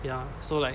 ya so like